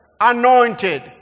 anointed